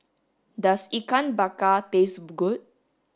does ikan bakar taste good